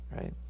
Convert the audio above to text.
right